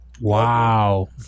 Wow